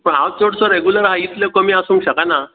पूण हांव चडसो रॅगुलर हां इतलें कमी आसूंक शकाना